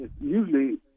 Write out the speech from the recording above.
usually